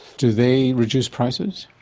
do they reduce prices?